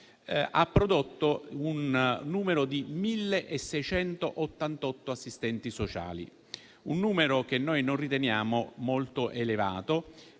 ha prodotto un numero di 1.688 assistenti sociali. Si tratta di un numero che non riteniamo molto elevato